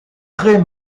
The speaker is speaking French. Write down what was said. très